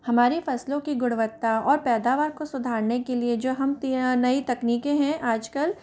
हमारी फसलों की गुणवत्ता और पैदावार को सुधारने के लिए जो हम ते नई तकनीकें हैं आजकल